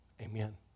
Amen